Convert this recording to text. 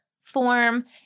form